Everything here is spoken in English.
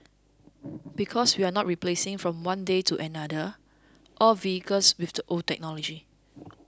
because we are not replacing from one day to another all vehicles with the old technology